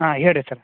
ಹಾಂ ಹೇಳಿರಿ ಸರ